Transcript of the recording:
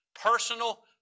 Personal